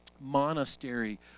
monastery